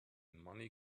money